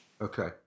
Okay